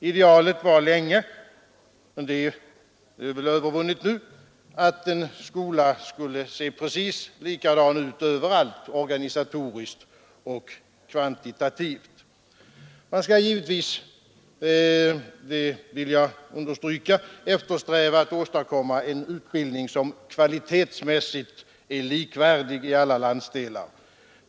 Idealet var länge — det är väl övervunnet nu — att en skola skulle se precis likadan ut överallt, organisatoriskt och kvantitativt. Jag vill understryka att man givetvis skall eftersträva att åstadkomma en utbildning som kvalitetsmässigt är likvärdig i alla landsdelar.